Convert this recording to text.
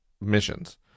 missions